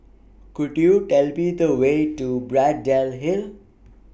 Could YOU Tell Me The Way to Braddell Hill